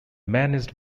managed